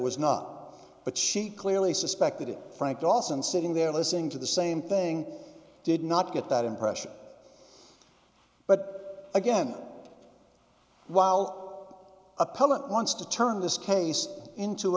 was not but she clearly suspected it frank dawson sitting there listening to the same thing i did not get that impression but again while appellant wants to turn this case into